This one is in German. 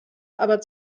aber